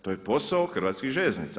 To je posao Hrvatskih željeznica.